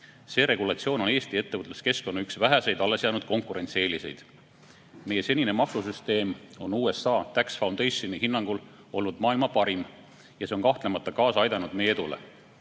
See regulatsioon on üks väheseid Eesti ettevõtluskeskkonna alles jäänud konkurentsieeliseid. Meie senine maksusüsteem on USA Tax Foundationi hinnangul olnud maailma parim ja see on kahtlemata kaasa aidanud meie edule.